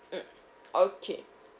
mm okay